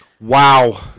Wow